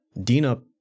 Dina